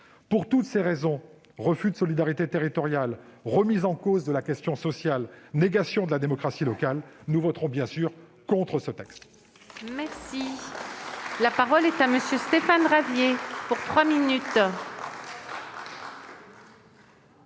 Pour toutes ces raisons- refus de la solidarité territoriale, remise en cause de la question sociale et négation de la démocratie locale -, nous voterons contre ce texte. La parole est à M. Stéphane Ravier, pour la réunion